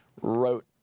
Wrote